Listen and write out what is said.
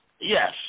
Yes